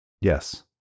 Yes